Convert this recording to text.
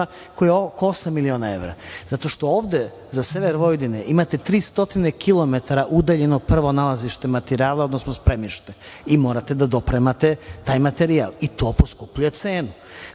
koji je oko osam miliona evra zato što ovde, za sever Vojvodine imate 300 km udaljeno prvo nalazište materijala, odnosno spremište i morate da dopremate taj materijal. To poskupljuje cenu,